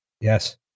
Yes